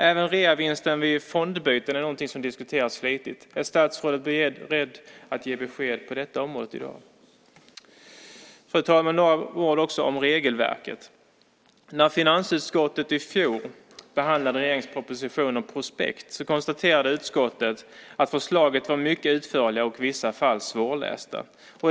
Även reavinsten vid fondbyten är något som diskuteras flitigt. Är statsrådet beredd att ge besked på detta område i dag? Fru talman! Jag vill också säga några ord om regelverket. När finansutskottet i fjol behandlade regeringens proposition om prospekt konstaterade utskottet att förslagen var mycket utförliga och i vissa fall svårlästa.